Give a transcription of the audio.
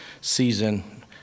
season